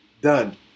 done